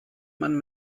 man